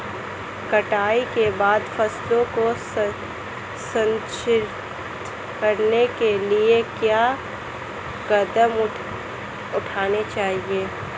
कटाई के बाद फसलों को संरक्षित करने के लिए क्या कदम उठाने चाहिए?